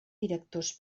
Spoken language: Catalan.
directors